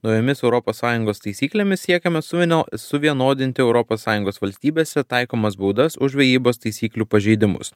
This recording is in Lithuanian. naujomis europos sąjungos taisyklėmis siekiama suvinio suvienodinti europos sąjungos valstybėse taikomas baudas už žvejybos taisyklių pažeidimus